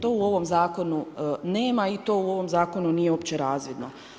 To u ovom Zakonu nema i to u ovom Zakonu nije uopće razvidno.